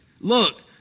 Look